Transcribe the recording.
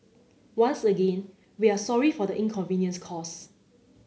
once again we are sorry for the inconvenience cause